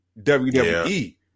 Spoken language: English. WWE